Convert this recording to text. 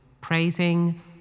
praising